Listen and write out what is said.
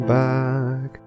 back